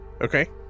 okay